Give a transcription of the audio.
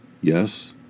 Yes